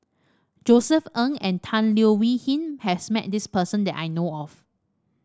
Josef Ng and Tan Leo Wee Hin has met this person that I know of